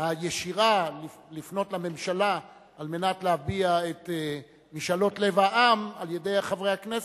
הישירה לפנות לממשלה על מנת להביע את משאלות לב העם על-ידי חברי הכנסת,